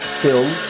film